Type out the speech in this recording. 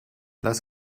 lass